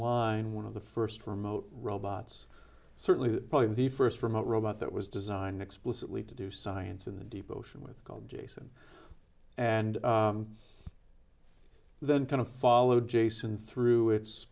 line one of the first remote robots certainly probably the first remote robot that was designed explicitly to do science in the deep ocean with gold jason and then kind of followed jason through it